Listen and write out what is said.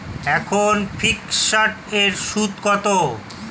এখন ফিকসড এর সুদ কত?